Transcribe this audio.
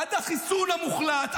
עד החיסול המוחלט.